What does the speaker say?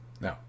No